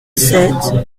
sept